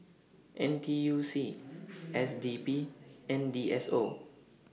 N T U C S D P and D S O